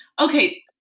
okay